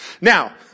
Now